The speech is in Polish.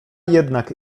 jednak